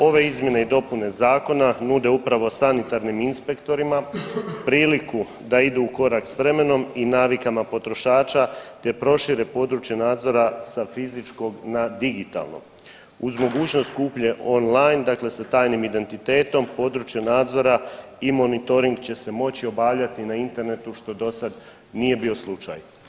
Ove izmjene i dopune zakona nude upravo sanitarnim inspektorima priliku da idu u korak s vremenom i navikama potrošača te prošire područje nadzora sa fizičkog na digitalno uz mogućnost kupnje online dakle sa tajnim identitetom područje nadzora i monitoring će se moći obavljati na internetu što dosada nije bio slučaj.